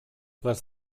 les